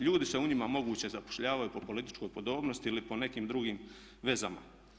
Ljudi se u njima moguće zapošljavaju po političkoj podobnosti ili po nekim drugim vezama.